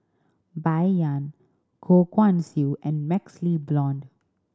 Bai Yan Goh Guan Siew and MaxLe Blond